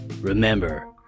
Remember